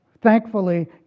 thankfully